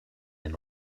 den